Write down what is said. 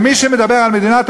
מ"ווינר",